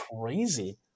crazy